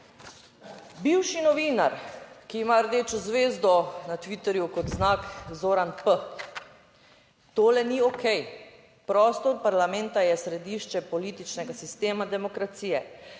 Bivši novinar, ki ima rdečo zvezdo na Twitterju kot znak, Zoran P: Tole ni okej. Prostor parlamenta je središče političnega sistema, demokracije.